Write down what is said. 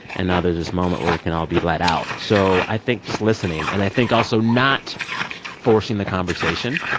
and now there's this moment where it can all be let out. so i think just listening and i think also not forcing the conversation,